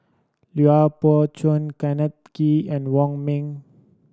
Lui Pao Chuen Kenneth Kee and Wong Ming